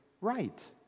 right